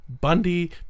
Bundy